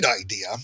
idea